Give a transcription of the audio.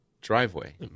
driveway